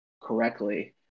correctly